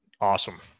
awesome